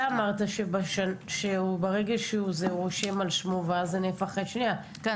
אתה אמרת שברגע שהוא רושם על שמו זה נהפך ל"יד שנייה" -- כן.